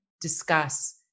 discuss